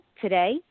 today